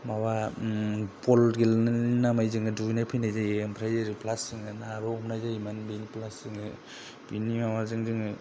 माबा ओम बल गेलेनायनि नामै जोङो दुगैनानै फैनाय जायो ओमफ्राय ओरै प्लास नाबो हमनाय जायो प्लास बेनि माबाजों जोङो